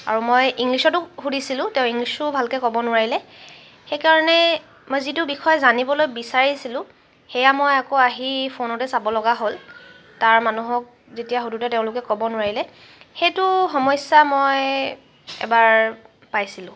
আৰু মই ইংলিছতো সুধিছিলো তেওঁ ইংলিছো ভালকৈ ক'ব নোৱাৰিলে সেইকাৰণে মই যিটো বিষয়ে জানিবলৈ বিচাৰিছিলো সেয়া মই আকৌ আহি ফোনতে চাব লগা হ'ল তাৰ মানুহক যেতিয়া সোধোতে তেওঁলোকে ক'ব নোৱাৰিলে সেইটো সমস্যা মই এবাৰ পাইছিলোঁ